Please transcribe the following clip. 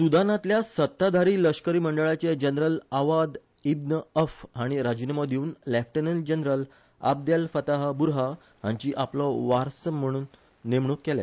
सुदानातल्या सत्ताधारी लष्करी मंडळाचे जनरल आवाद इब्न अफ हांणी राजिनामो दिवन lieutenant general Abdel Fattah Burhan हांची आपलो वारस म्हण नेमणूक केल्या